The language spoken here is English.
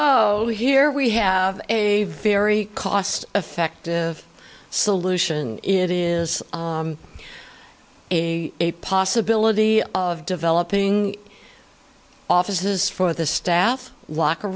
oh here we have a very cost effective solution it is a possibility of developing offices for the staff locker